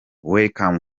welcome